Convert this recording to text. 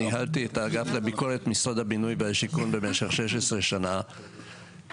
אני ניהלתי את האגף לביקורת משרד הבינוי והשיכון במשך 16 שנה ודני,